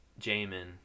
Jamin